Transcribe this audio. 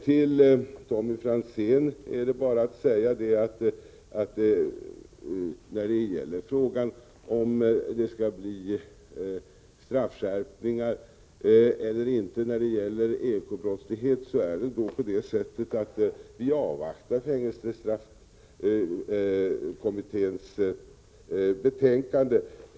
Till Tommy Franzén är det bara att säga att beträffande frågan om det skall bli straffskärpningar eller inte när det gäller ekonomisk brottslighet får vi avvakta fängelsestraffkommitténs betänkande.